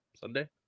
Sunday